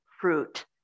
fruit